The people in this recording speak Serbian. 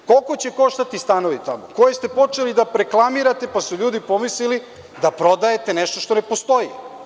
Koliko će koštati stanovi tamo koje ste počeli da preklamirate, pa su ljudi pomislili da prodajete nešto što ne postoji?